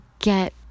get